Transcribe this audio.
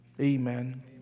Amen